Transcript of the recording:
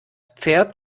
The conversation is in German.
pferd